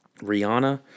Rihanna